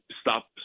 stop